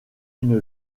une